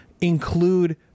include